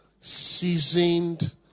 seasoned